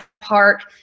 park